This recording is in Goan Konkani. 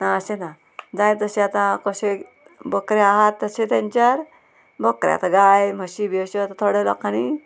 ना अशें ना जाय तशें आतां कशें बकरे आहा तशें तेंच्यार बोकरे आतां गाय म्हशी बी अश्यो आतां थोडे लोकांनी